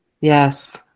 Yes